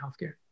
healthcare